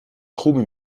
خوبی